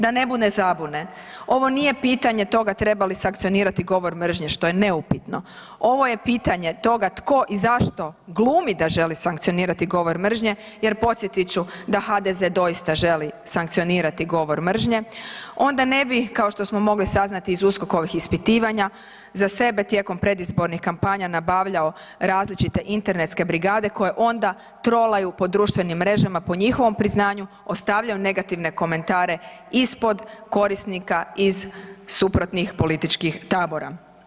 Da ne bude zabune, ovo nije pitanje toga treba li sankcionirati govor mržnje što je neupitno ovo je pitanje toga tko i zašto glumi da želi sankcionirati govor mržnje jer podsjetit ću da HDZ doista želi sankcionirati govor mržnje onda ne bi kao što smo mogli saznati iz USKOK-ovih ispitivanja za sebe tijekom predizbornih kampanja nabavljao različite internetske brigade koje ona trolaju po društvenim mrežama po njihovom priznanju, ostavljaju negativne komentare ispod korisnika iz suprotnih političkih tabora.